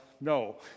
no